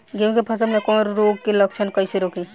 गेहूं के फसल में कवक रोग के लक्षण कईसे रोकी?